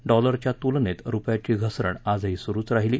डॉलरच्या तुलनेत रुपयाची घसरण आजही सुरूच राहिली